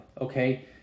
okay